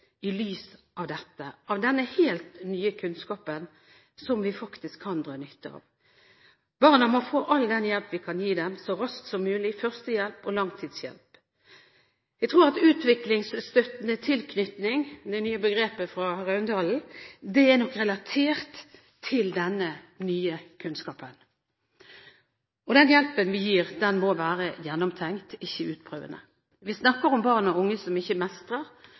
i lys av denne helt nye kunnskapen, som vi faktisk kan dra nytte av. Barna må få all den hjelpen vi kan gi dem, så raskt som mulig – førstehjelp og langtidshjelp. Jeg tror at «utviklingsstøttende tilknytning», som er det nye begrepet fra Raundalen, er relatert til denne nye kunnskapen. Den hjelpen vi gir, må være gjennomtenkt, ikke utprøvende. Vi snakker om barn og unge som ikke mestrer,